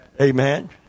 Amen